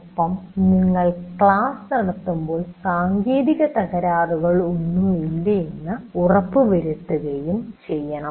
ഒപ്പം നിങ്ങൾ ക്ലാസ് നടത്തുമ്പോൾ സാങ്കേതികതകരാറുകൾ ഒന്നും തന്നെയില്ലെന്ന് ഉറപ്പു വരുത്തുകയും ചെയ്യണം